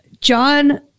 John